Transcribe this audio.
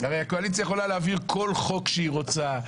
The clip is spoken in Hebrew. הרי הקואליציה יכולה להעביר כל חוק שהיא רוצה,